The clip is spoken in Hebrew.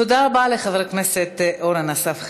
תודה רבה לחבר הכנסת אורן אסף חזן.